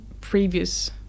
previous